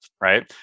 right